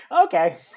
Okay